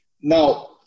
Now